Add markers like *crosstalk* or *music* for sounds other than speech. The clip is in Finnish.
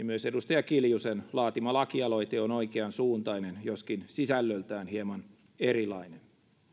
*unintelligible* myös edustaja kiljusen laatima lakialoite on oikeansuuntainen joskin sisällöltään hieman erilainen